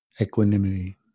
equanimity